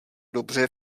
dobře